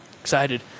Excited